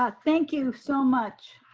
ah thank you so much.